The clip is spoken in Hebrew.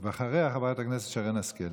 אחריה, חברת הכנסת שרן השכל.